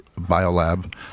Biolab